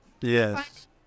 yes